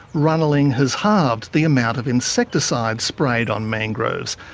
runnelling has halved the amount of insecticide sprayed on mangroves,